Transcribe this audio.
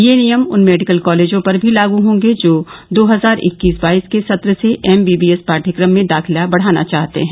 ये नियम उन मेडिकल कॉलेजों पर भी लागू होंगे जो दो हजार इक्कीस बाईस के सत्र से एमबीबीएस पाठ्यक्रम में दाखिला बढ़ाना चाहते हैं